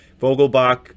vogelbach